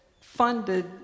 funded